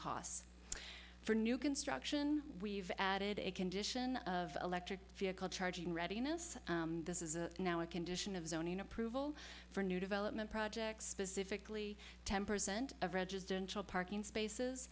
costs for new construction we've added a condition of electric vehicle charging readiness this is a now a condition of zoning approval for new development projects specifically ten percent of registered parking spaces